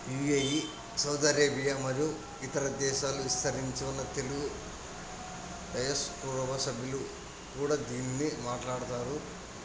UI Saudi Arabia మరియు ఇతర దేశాలు విస్తరించి ఉన్న తెలుగు సభ్యులు కూడా దీన్ని మాట్లాడతారు